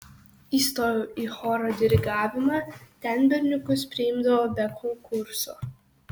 įstojau į choro dirigavimą ten berniukus priimdavo be konkurso